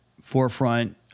Forefront